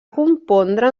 compondre